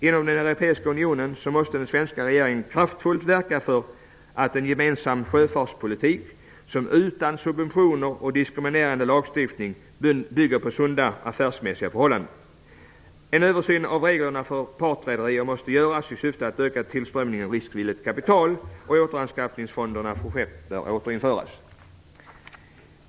Inom den europeiska unionen måste den svenska regeringen kraftfullt verka för en gemensam sjöfartspolitik som utan subventioner och diskriminerande lagstiftning bygger på affärsmässigt sunda förhållanden. En översyn av reglerna för partrederier måste göras i syfte att öka tillströmningen av riskvilligt kapital, och återanskaffningsfonderna för skepp bör återinföras.